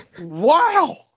wow